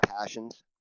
passions